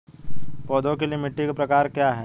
पौधों के लिए मिट्टी के प्रकार क्या हैं?